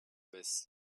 baisse